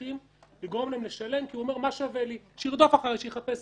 ולכן מתייחסים לרצינות הכוונות.